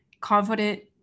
confident